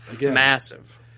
massive